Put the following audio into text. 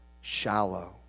shallow